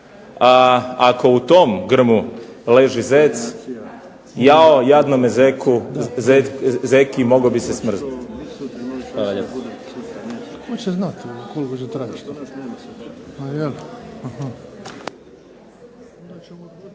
ako u tom grmu leži zec, ajme jao zeki mogao bi se smrznuti.